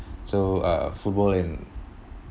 so uh football and